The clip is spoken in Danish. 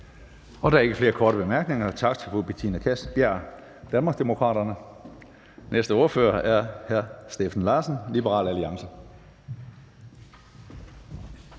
Der er ingen korte bemærkninger. Tak til fru Betina Kastbjerg, Danmarksdemokraterne. Den næste ordfører er hr. Steffen Larsen, Liberal Alliance.